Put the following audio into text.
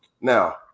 now